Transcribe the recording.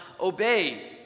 obey